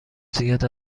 زیاد